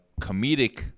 comedic